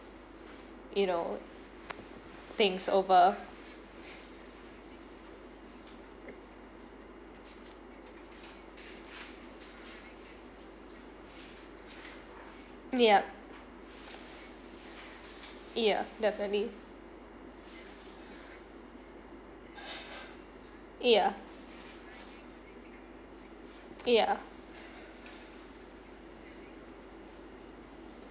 you know things over yup yeah definitely yeah yeah